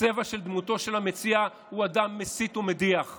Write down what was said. הצבע של דמותו של המציע הוא של אדם מסית ומדיח,